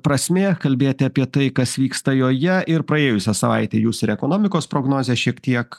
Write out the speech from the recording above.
prasmė kalbėti apie tai kas vyksta joje ir praėjusią savaitę jūs ir ekonomikos prognozę šiek tiek